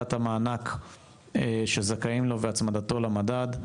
הגדלת המענק שזכאים לו והצמדתו למדד,